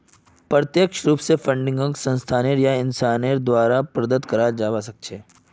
प्रत्यक्ष रूप स फंडिंगक संस्था या इंसानेर द्वारे प्रदत्त कराल जबा सख छेक